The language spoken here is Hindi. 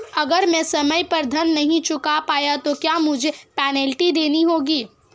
अगर मैं समय पर ऋण नहीं चुका पाया तो क्या मुझे पेनल्टी देनी होगी?